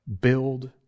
Build